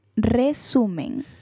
resumen